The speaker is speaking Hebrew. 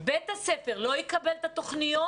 בית הספר לא יקבל את התוכניות